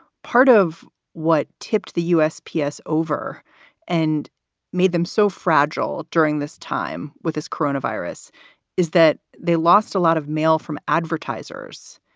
part of what tipped the usps over and made them so fragile during this time with his coronavirus is that they lost a lot of mail from advertisers,